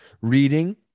reading